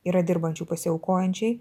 yra dirbančių pasiaukojančiai